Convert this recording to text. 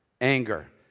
anger